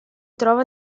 trova